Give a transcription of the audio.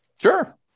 Sure